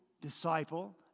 disciple